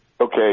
Okay